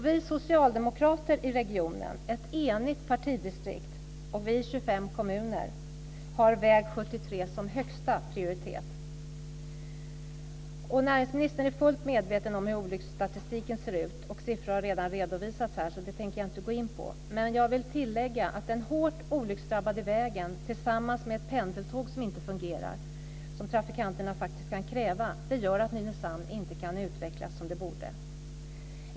Vi socialdemokrater i regionen som bildar ett enigt partidistrikt - vi finns representerade i 25 kommuner - har väg 73 som högsta prioritet. Näringsmininstern är fullt medveten om hur olycksstatistiken ser ut. Siffrorna har redan redovisats här, så jag tänker inte gå in på dem. Men jag vill tillägga att den hårt olycksdrabbade vägen tillsammans med pendeltågen som inte fungerar - vilket trafikanterna faktiskt kan kräva - gör att Nynäshamn inte kan utvecklas som man borde.